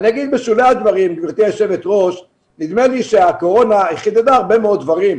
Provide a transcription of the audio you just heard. אני אומר בשולי הדברים שנדמה לי שהקורונה חידדה הרבה מאוד דברים.